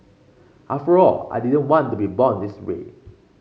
after all I didn't want to be born this way